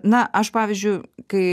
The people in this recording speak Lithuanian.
na aš pavyzdžiui kai